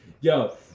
Yo